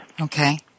Okay